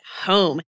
Home